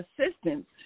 assistance